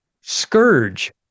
scourge